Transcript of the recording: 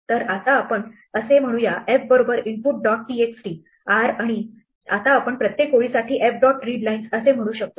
तर आता आपण असे म्हणूया f बरोबर input dot text r आणि आता आपण प्रत्येक ओळीसाठी f dot readlines असे म्हणू शकतो